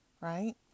right